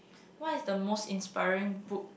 what is the most inspiring book